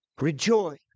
rejoice